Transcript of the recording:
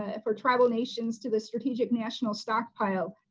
ah for tribal nations to a strategic national stockpile.